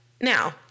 now